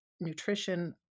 nutrition